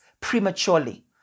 prematurely